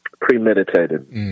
premeditated